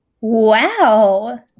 Wow